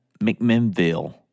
McMinnville